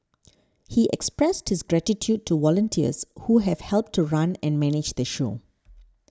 he expressed his gratitude to volunteers who have helped to run and manage the show